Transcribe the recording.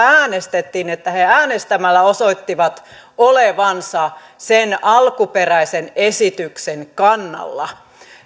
äänestettiin niin he äänestämällä osoittivat olevansa sen alkuperäisen esityksen kannalla